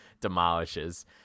demolishes